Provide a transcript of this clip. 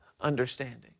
understanding